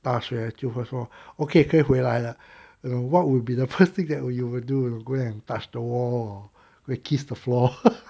大学就会说 okay 可以回来了 you know what will be the first thing that you would do you will go and touched the wall or go and kiss the floor